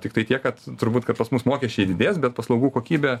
tiktai tiek kad turbūt kad pas mus mokesčiai didės bet paslaugų kokybė